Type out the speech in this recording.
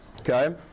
Okay